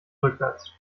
rückwärts